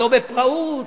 לא בפראות,